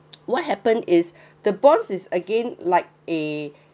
what happen is the bonds is again like eh